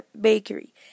bakery